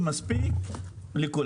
הוא עוזב,